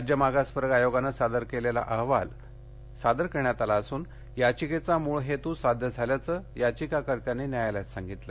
राज्य मागासवर्ग आयोगाने सादर केलेला अहवाल सादर करण्यात आला असून याचिकेचा मूळ हेतू साध्य झाल्याचे याचिकाकर्त्यांनी न्यायालयात सांगितलं